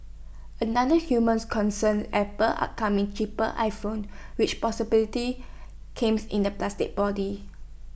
another humans concerns Apple's upcoming cheaper iPhone which possibility came in A plastic body